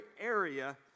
area